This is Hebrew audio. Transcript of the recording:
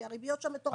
כי הריביות שם מטורפות.